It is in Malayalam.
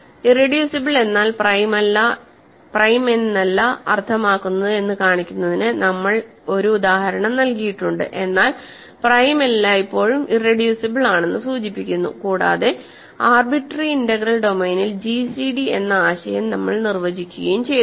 ഇറെഡ്യൂസിബിൾ എന്നാൽ പ്രൈം എന്നല്ല അർത്ഥമാക്കുന്നത് എന്ന് കാണിക്കുന്നതിന് നമ്മൾ ഒരു ഉദാഹരണം നൽകിയിട്ടുണ്ട് എന്നാൽ പ്രൈം എല്ലായ്പ്പോഴും ഇറെഡ്യൂസിബിൾ ആണെന്ന് സൂചിപ്പിക്കുന്നു കൂടാതെ ആർബിട്രറി ഇന്റഗ്രൽ ഡൊമെയ്നിൽ ജിസിഡി എന്ന ആശയം നമ്മൾ നിർവചിക്കുകയും ചെയ്തു